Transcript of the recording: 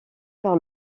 par